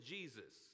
Jesus